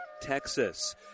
Texas